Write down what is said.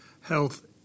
health